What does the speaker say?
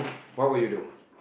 what would you do